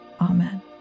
amen